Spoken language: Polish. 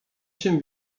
się